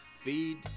feed